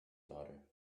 daughter